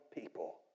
people